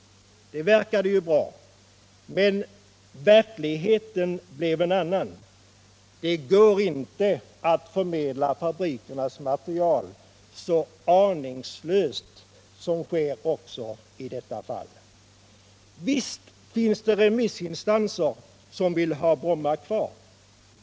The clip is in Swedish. Det verkade ju bra. Men verkligheten blev en annan. Det går inte att förmedla fabrikernas material så aningslöst som sker också i detta fall. Visst finns det remissinstanser som vill ha Bromma kvar.